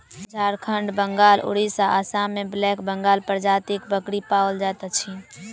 झारखंड, बंगाल, उड़िसा, आसाम मे ब्लैक बंगाल प्रजातिक बकरी पाओल जाइत अछि